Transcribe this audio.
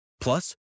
Plus